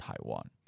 Taiwan